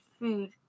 food